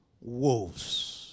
wolves